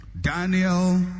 Daniel